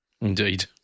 Indeed